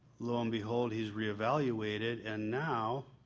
lo and behold, he's re-evaluated and now,